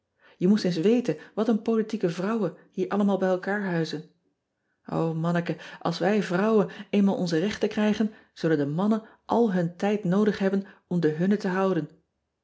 e moest eens weten wat een politieke vrouwen hier allemaal bij elkaar huizen manneke als wij vrouwen eenmaal onze rechten krijgen zullen de mannen al hun tijd noodig hebben om de hunne te houden